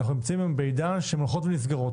אנחנו נמצאים בעידן שהן הולכות ונסגרות